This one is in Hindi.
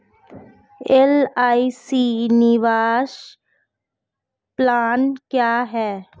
एल.आई.सी निवेश प्लान क्या है?